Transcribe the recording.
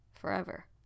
forever